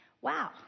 Wow